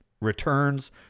returns